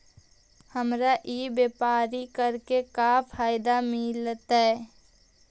हमरा ई व्यापार करके का फायदा मिलतइ?